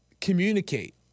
Communicate